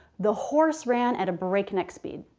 the horse ran at a breakneck speed.